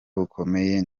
bukomeye